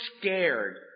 scared